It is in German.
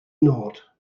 nord